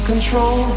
Control